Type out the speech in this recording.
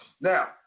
now